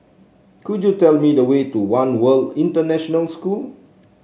could you tell me the way to One World International School